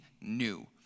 new